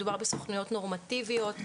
מדובר בסוכנויות נורמטיביות.